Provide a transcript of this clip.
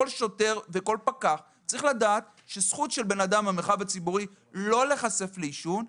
כל שוטר ופקח צריכים לדעת שזכות האדם במרחב הציבורי לא להיחשף לעישון.